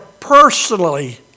Personally